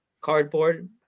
cardboard